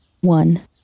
One